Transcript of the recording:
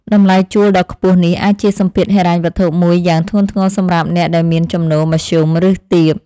តម្លៃជួលដ៏ខ្ពស់នេះអាចជាសម្ពាធហិរញ្ញវត្ថុមួយយ៉ាងធ្ងន់ធ្ងរសម្រាប់អ្នកដែលមានចំណូលមធ្យមឬទាប។